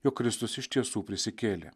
jog kristus iš tiesų prisikėlė